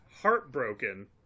heartbroken